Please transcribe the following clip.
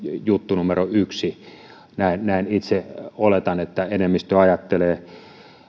juttu numero yksi näin itse oletan että enemmistö ajattelee